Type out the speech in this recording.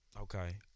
Okay